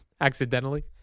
Accidentally